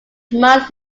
months